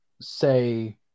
say